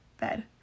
bed